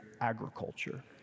agriculture